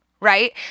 right